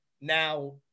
now